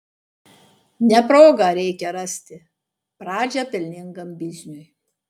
ne progą reikia rasti pradžią pelningam bizniui